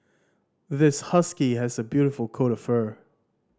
this husky has a beautiful coat of fur